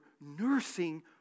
nursing